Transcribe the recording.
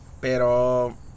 Pero